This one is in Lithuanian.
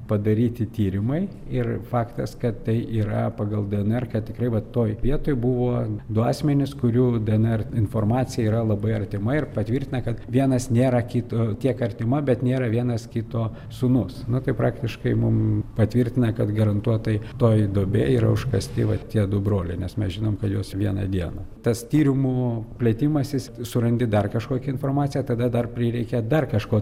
padaryti tyrimai ir faktas kad tai yra pagal dnr kad tikrai va toj vietoj buvo du asmenys kurių dnr informacija yra labai artima ir patvirtina kad vienas nėra kito tiek artima bet nėra vienas kito sūnus na tai praktiškai mum patvirtina kad garantuotai toji duobė yra užkasti vat tie du broliai nes mes žinom kad juos vieną dieną tas tyrimo plėtimasis surandi dar kažkokią informaciją tada dar prireikia dar kažko